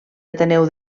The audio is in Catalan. ateneu